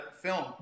film